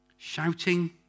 Shouting